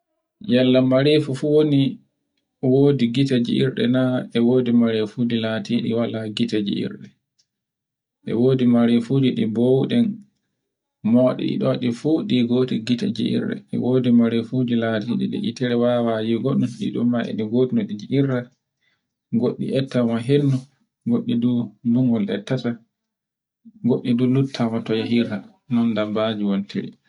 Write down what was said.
Yallan mare fu fu woni e wodi gite gierta na e wodi marefuji latiɗi wala gite gi'ir. E wodi marefuje ɗi mbowuɗen, mo ɗiɗo ɗi fu ɗi godi gite gi'irɗe, e wodi marefuji latiɗi ɗi hitere wawa yugoɗum, ɗiɗum ma e ɗigotum ɗi ngi'ierta, goɗɗi ettanwa hendu, goɗɗi ndu ndungol etta tan, goɗɗi du luttama to yehirta, non dabbaji wontire.